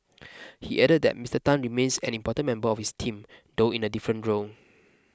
he added that Mister Tan remains an important member of his team though in a different role